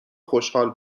خوشحال